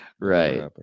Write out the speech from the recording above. right